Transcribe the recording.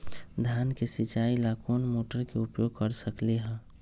धान के सिचाई ला कोंन मोटर के उपयोग कर सकली ह?